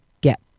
get